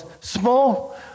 small